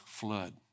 Flood